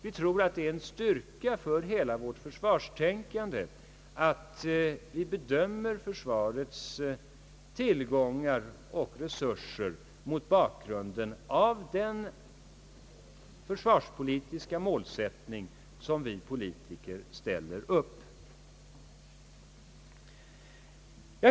Vi tror att det är en styrka för hela vårt försvarstänkande att vi får bedöma försvarets tillgångar och resurser mot bakgrunden av den försvarspolitiska målsättning, som vi politiker ställer upp.